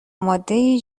مادهای